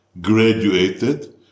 Graduated